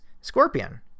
Scorpion